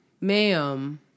ma'am